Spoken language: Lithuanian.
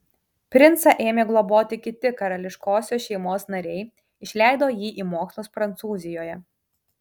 princą ėmė globoti kiti karališkosios šeimos nariai išleido jį į mokslus prancūzijoje